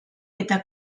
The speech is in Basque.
eta